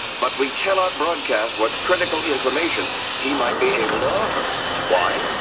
but we cannot broadcast what critical information he might be able to offer why?